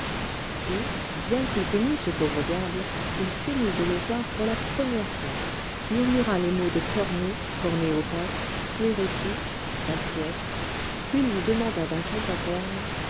et bien qu'il connût ce pauvre diable il feignit de le voir pour la première fois murmura les mots de cornée cornée opaque sclérotique faciès puis lui demanda d'un ton paterne